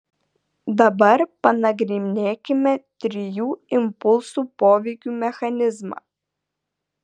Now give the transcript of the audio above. dabar panagrinėkime trijų impulsų poveikio mechanizmą